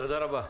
תודה רבה.